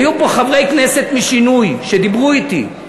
היו פה חברי כנסת משינוי שדיברו אתי,